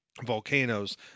volcanoes